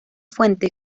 fuente